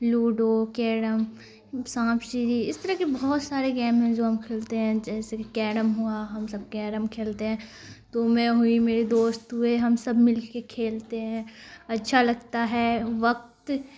ludo carrom سانپ سیڑھی اس طرح کے بہت سارے گیم ہیں جو ہم کھیلتے ہیں جیسے کہ کیرم ہوا ہم سب کیرم کھیلتے ہیں تو میں ہوئی میرے دوست ہوئے ہم سب مل کے کھیلتے ہیں اچھا لگتا ہے وقت